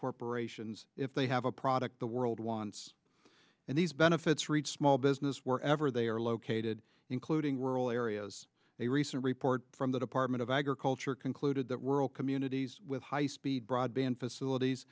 corporations if they have a product the world wants and these benefits reach small business wherever they are located ated including rural areas a recent report from the department of agriculture concluded that rural communities with high speed broadband facilities